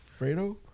Fredo